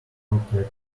recompense